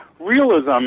realism